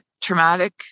traumatic